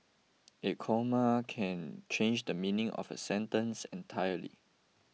a comma can change the meaning of a sentence entirely